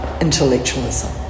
intellectualism